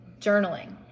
journaling